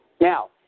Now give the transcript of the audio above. Now